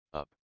up